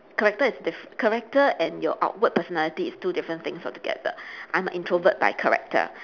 character is diff~ character and your outward personality is two different things altogether I'm an introvert by character